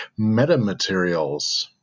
metamaterials